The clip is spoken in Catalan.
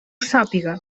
sàpiga